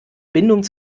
bindung